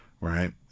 Right